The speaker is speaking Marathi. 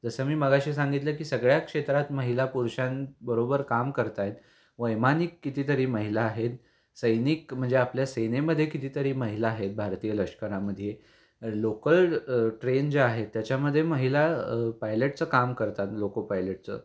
जसं मी मघाशी सांगितलं की सगळ्या क्षेत्रात महिला पुरुषांबरोबर काम करतायत वैमानिक कितीतरी महिला आहेत सैनिक म्हणजे आपल्या सेनेमध्ये कितीतरी महिला आहेत भारतीय लष्करामध्ये लोकल ट्रेन जे आहेत त्याच्यामध्ये महिला पायलटचं काम करतात लोको पायलटचं